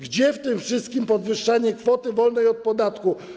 Gdzie w tym wszystkim podwyższanie kwoty wolnej od podatku?